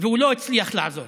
והוא לא הצליח לעזור.